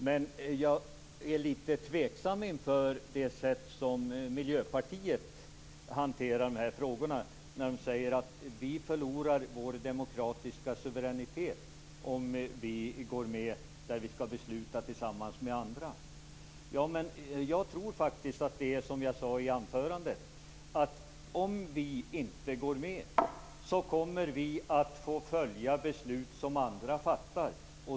Men jag är litet tveksam inför det sätt som Miljöpartiet hanterar de här frågorna när man säger att vi förlorar vår demokratiska suveränitet om vi går med där vi skall besluta tillsammans med andra. Jag tror faktiskt att det är som jag sade i mitt anförande. Om vi inte går med kommer vi att få följa beslut som andra fattar.